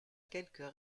quelques